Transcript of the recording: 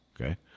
Okay